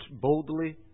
boldly